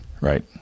right